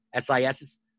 SIS